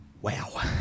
wow